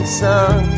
sun